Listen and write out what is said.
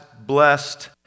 blessed